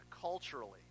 culturally